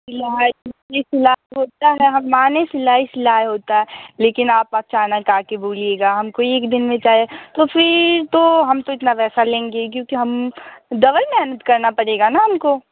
सिलाई सिलाई होता है लेकिन आप अचानक आ के बोलिएगा हमको एक दिन में चाही तो फिर तो हम तो इतना पैसा लेंगे ही क्योंकि हम डबल मेहनत करना पड़ेगा न उनको